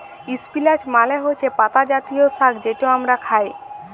ইস্পিলাচ মালে হছে পাতা জাতীয় সাগ্ যেট আমরা খাই